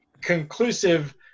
conclusive